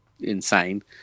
insane